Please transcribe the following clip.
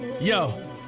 Yo